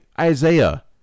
Isaiah